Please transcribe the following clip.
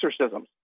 exorcisms